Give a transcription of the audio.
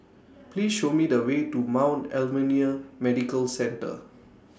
Please Show Me The Way to Mount Alvernia Medical Centre